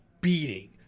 beating